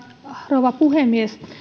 rouva puhemies